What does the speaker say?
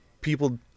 people